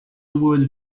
would